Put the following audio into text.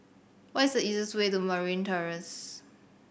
what is the easiest way to Marine Terrace